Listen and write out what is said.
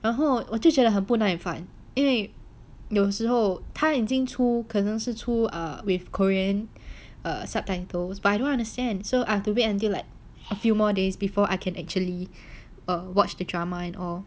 然后我就觉得很不耐烦因为有时候他已经出可能是出 err with korean err subtitles but I don't understand so I have to wait until like a few more days before I can actually um watch the drama and all